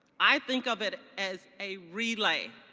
i think of it as a relay.